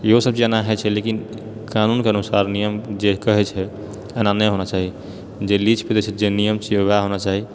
इहो सब चीज एना होइत छै लेकिन कानूनके अनुसार नियम जे कहै छै एना नहि होना चाही जे लीज पे दए छै जे नियम छियै ओएह होना चाही